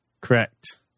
correct